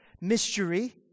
mystery